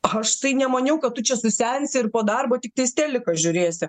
aš tai nemaniau kad tu čia susensi ir po darbo tiktais teliką žiūrėsi